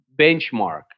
benchmark